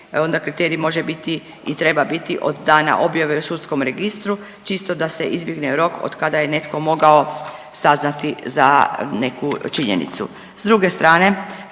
onda kriterij može biti i treba biti od dana objave u sudskom registru čisto da se izbjegne rok od kada je netko mogao saznati za neku činjenicu.